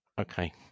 Okay